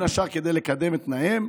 בין השאר כדי לקדם את תנאיהם.